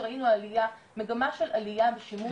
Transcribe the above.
שראינו מגמה של עלייה בשימוש,